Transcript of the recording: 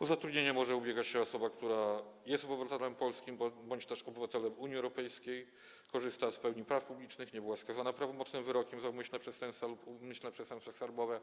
O zatrudnienie może ubiegać się osoba, która jest obywatelem polskim lub obywatelem Unii Europejskiej, korzysta z pełni praw publicznych, nie była skazana prawomocnym wyrokiem za umyślne przestępstwa lub umyślne przestępstwa skarbowe,